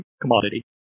commodity